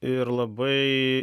ir labai